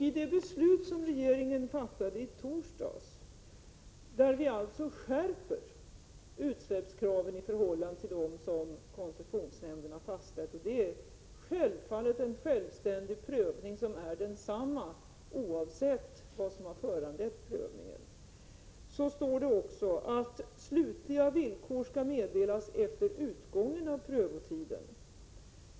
I det beslut som regeringen fattade i torsdags har vi skärpt utsläppskraven i 17 förhållande till dem som koncessionsnämnden fastställde. Den prövningen =| är självfallet självständig och likadan oavsett vad som har föranlett prövningen. I regeringens beslut står det: ”Slutliga villkor skall meddelas efter utgången av prövotiden.